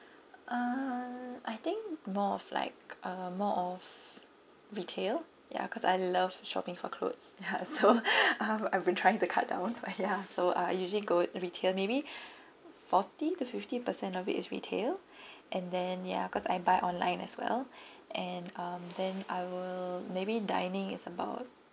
err I think more of like uh more of retail ya cause I love shopping for clothes ya so I've been trying to cut down but ya so uh usually go retail maybe forty to fifty percent of it is retail and then ya cause I buy online as well and um then I will maybe dining is about